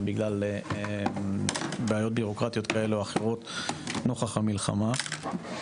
בגלל בעיות בירוקרטיות כאלה ואחרות נוכח המלחמה.